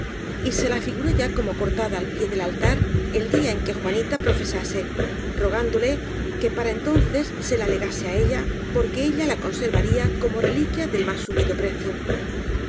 y se la figuró ya como cortada al pie del altar el día en que juanita profesase rogándole que para entonces se la legase á ella porque ella la conservaría como reliquia del más subido precio